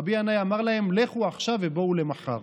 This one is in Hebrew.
רבי ינאי אמר להם, לכו עכשיו ובואו מחר.